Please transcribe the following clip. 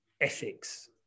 ethics